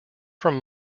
from